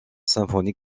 symphonie